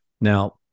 Now